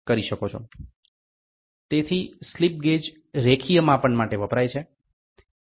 તેથી slip gauge રેખીય માપન માટે વપરાય છે